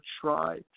try